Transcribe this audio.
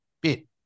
bit